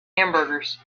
hamburgers